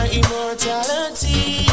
immortality